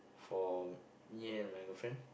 for me and my girlfriend